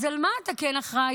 אז על מה אתה כן אחראי?